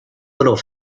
little